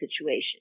situation